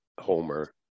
Homer